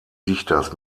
dichters